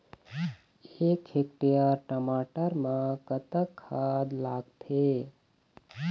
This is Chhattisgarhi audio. एक हेक्टेयर टमाटर म कतक खाद लागथे?